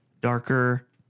darker